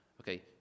Okay